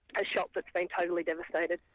a shop that's been totally devastated.